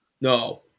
no